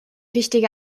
wichtige